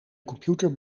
computer